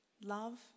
love